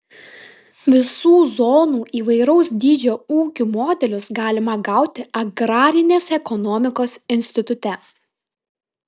visų zonų įvairaus dydžio ūkių modelius galima gauti agrarinės ekonomikos institute